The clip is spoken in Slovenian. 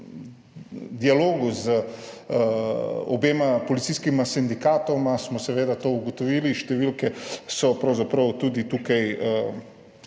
dialogu z obema policijskima sindikatoma smo seveda to ugotovili, številke so pravzaprav tudi tukaj